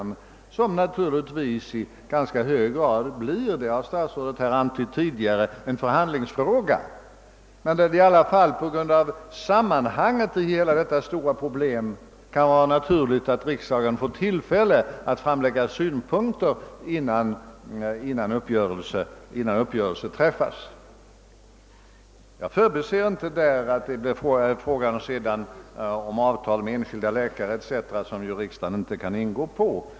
Den blir naturlitgvis i hög grad en förhandlingsfråga — såsom även statsrådet antytt — men det är dock naturligt att riksdagen får tillfälle att framföra åsikter och synpunkter innan uppgörelsen träffas. Jag förbiser inte att det sedan skall träffas olika avtal med ett stort antal läkare, vilket riksdagen inte kan ingå på.